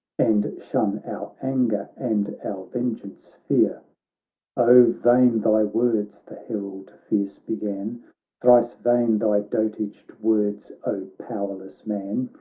and shun our anger and our vengeance fear oh! vain thy words the herald fierce began thrice vain thy dotaged words, o powerless man,